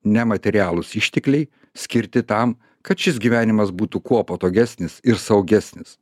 nematerialūs ištekliai skirti tam kad šis gyvenimas būtų kuo patogesnis ir saugesnis